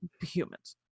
humans